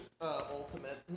Ultimate